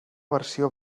versió